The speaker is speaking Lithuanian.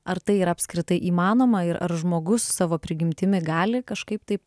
ar tai yra apskritai įmanoma ir ar žmogus savo prigimtimi gali kažkaip taip